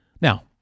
Now